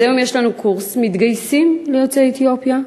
אז היום יש לנו קורס מתגייסים ליוצאי אתיופיה,